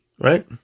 Right